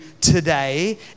today